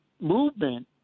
movement